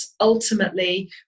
ultimately